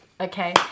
okay